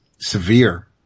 severe